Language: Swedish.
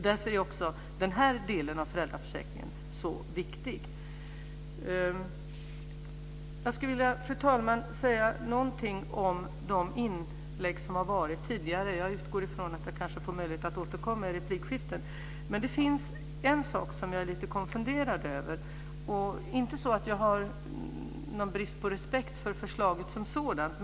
Därför är den här delen av föräldraförsäkringen så viktig. Fru talman! Jag vill säga någonting om de inlägg som har gjorts tidigare, och jag utgår ifrån att jag får möjlighet att återkomma i replikskiftet. Det finns en sak som jag är lite konfunderad över. Det är inte så att jag hyser någon brist på respekt för förslaget som sådant.